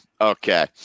Okay